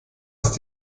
ist